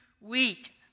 weak